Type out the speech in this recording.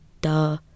duh